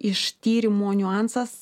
iš tyrimo niuansas